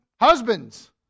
husbands